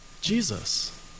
Jesus